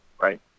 right